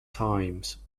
times